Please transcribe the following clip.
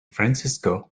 francisco